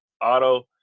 Auto